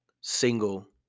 single